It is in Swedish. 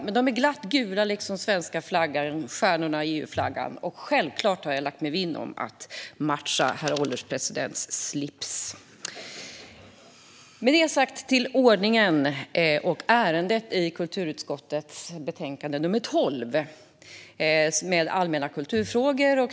Men de är glatt gula likt svenska flaggan och stjärnorna på EU-flaggan, och självklart har jag lagt mig vinn om att matcha herr ålderspresidentens slips! Med detta sagt - till ordningen och ärendet i kulturutskottets betänkande nr 12, Allmänna kulturfrågor .